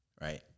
right